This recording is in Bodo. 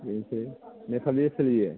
बेनोसै नेपालि सोलिया